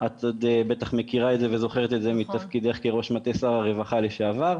את יכולה פחות או יותר להגיד מי קהל היעד של ההכשרות